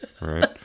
right